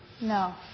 No